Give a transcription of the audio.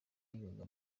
yigaga